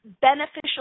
beneficial